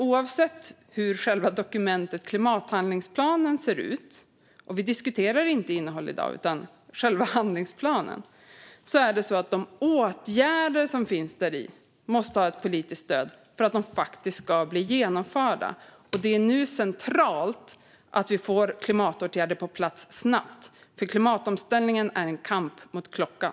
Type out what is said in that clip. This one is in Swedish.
Oavsett hur själva dokumentet för klimathandlingsplanen ser ut - och vi diskuterar inte innehåll i dag utan själva handlingsplanen - måste de åtgärder som finns däri ha ett politiskt stöd för att de ska bli genomförda. Det är nu centralt att vi får klimatåtgärder på plats snabbt, för klimatomställningen är en kamp mot klockan.